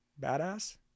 badass